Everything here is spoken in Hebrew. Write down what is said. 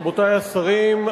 רבותי השרים,